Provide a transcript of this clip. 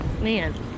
man